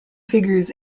figures